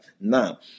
Now